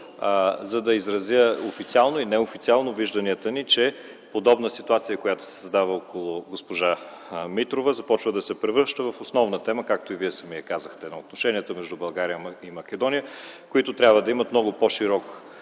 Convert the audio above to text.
за да изразя официално и неофициално вижданията ни, че подобна ситуация, която се задава около госпожа Митрова, започва да се превръща в основна тема, както и Вие самият казахте, на отношенията между България и Македония, които трябва да имат много по-широк